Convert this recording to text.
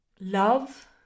Love